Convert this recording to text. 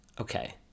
Okay